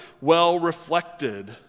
well-reflected